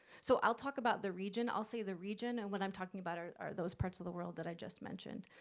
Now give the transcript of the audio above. so i'll talk about the region, i'll say the region, and what i'm talking about are are those parts of the world that i just mentioned,